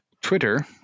Twitter